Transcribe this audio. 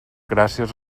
gràcies